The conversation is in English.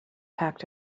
packed